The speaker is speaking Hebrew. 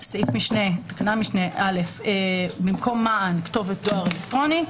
תקנת משנה א', במקום מען, כתובות דואר אלקטרוני,